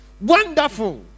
Wonderful